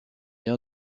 aire